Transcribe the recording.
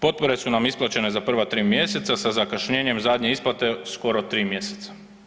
Potpore su nam isplaćene za prva 3 mjeseca sa zakašnjenjem zadnje isplate skoro 3 mjeseca.